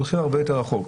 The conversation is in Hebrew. הם הולכים הרבה יותר רחוק.